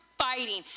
Fighting